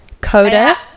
Coda